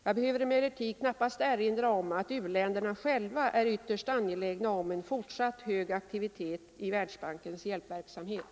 Jag behöver emellertid knappast erinra om att u-länderna själva är ytterst angelägna om en fortsatt hög aktivitet i Världsbankens hjälpverksamhet.